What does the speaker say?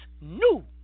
new